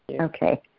Okay